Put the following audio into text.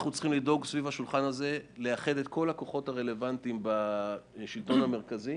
אנחנו צריכים לדאוג לאחד את כל הכוחות הרלוונטיים בשלטון המרכזי